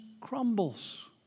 crumbles